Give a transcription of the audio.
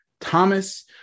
Thomas